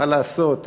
מה לעשות,